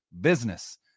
business